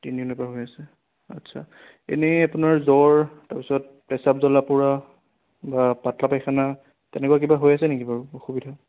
তিনিদিনৰ পৰা হৈ আছে আচ্ছা এনেই আপোনাৰ জ্বৰ তাৰপিছত প্ৰেচাৱ জ্বলা পোৰা বা পাতলা পায়খানা তেনেকুৱা কিবা হৈ আছে নেকি বাৰু অসুবিধা